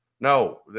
No